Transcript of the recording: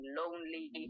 lonely